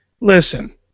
Listen